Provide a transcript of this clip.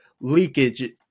leakage